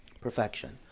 perfection